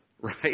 right